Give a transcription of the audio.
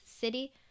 city